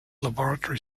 laboratory